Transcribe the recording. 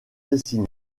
dessinée